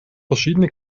verschiedene